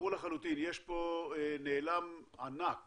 ברור לחלוטין, יש פה נעלם ענק